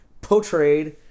Portrayed